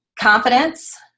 confidence